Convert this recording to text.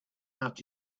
out